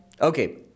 Okay